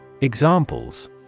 Examples